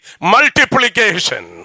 multiplication